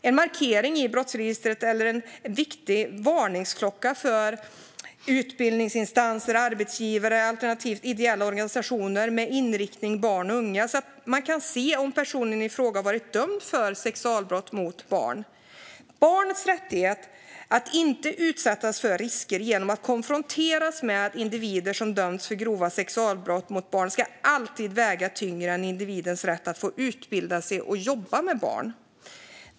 En markering i brottsregistret är en viktig varningsklocka för utbildningsinstanser, arbetsgivare och ideella organisationer med en inriktning för barn och unga. De kan se om personen i fråga har varit dömd för sexualbrott mot barn. Barnets rättighet att inte utsättas för risken att konfronteras med individer som har dömts för grova sexualbrott mot barn ska alltid väga tyngre än individens rätt att få utbilda sig och jobba med barn.